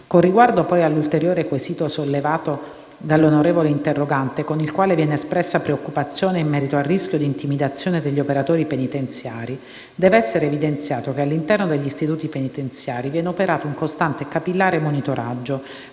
Con riguardo poi all'ulteriore quesito sollevato dall'onorevole interrogante - con il quale viene espressa preoccupazione in merito al rischio di intimidazione degli operatori penitenziari - deve essere evidenziato che all'interno degli istituti penitenziari viene operato un costante e capillare monitoraggio,